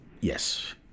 Yes